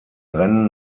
rennen